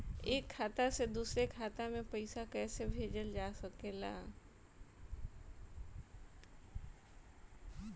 एक खाता से दूसरे खाता मे पइसा कईसे भेजल जा सकेला?